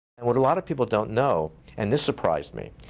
and what a lot of people don't know and this surprised me,